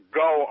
go